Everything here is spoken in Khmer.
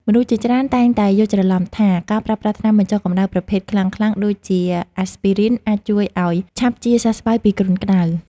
មនុស្សជាច្រើនតែងតែយល់ច្រឡំថា ការប្រើប្រាស់ថ្នាំបញ្ចុះកម្ដៅប្រភេទខ្លាំងៗដូចជា អាស្ពីរីន ( Aspirin ) អាចជួយឱ្យឆាប់ជាសះស្បើយពីគ្រុនក្តៅ។